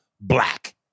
black